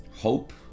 Hope